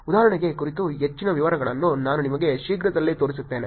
ಉದಾಹರಣೆಗಳ ಕುರಿತು ಹೆಚ್ಚಿನ ವಿವರಗಳನ್ನು ನಾನು ನಿಮಗೆ ಶೀಘ್ರದಲ್ಲೇ ತೋರಿಸುತ್ತೇನೆ